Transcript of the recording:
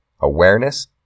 Awareness